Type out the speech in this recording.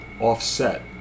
offset